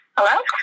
Hello